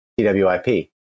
TWIP